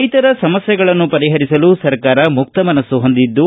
ರೈತರ ಸಮಸ್ಥೆಗಳನ್ನು ಪರಿಹರಿಸಲು ಸರ್ಕಾರ ಮುಕ್ತ ಮನಸ್ಸು ಹೊಂದಿದ್ದು